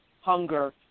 hunger